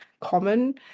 common